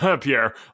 Pierre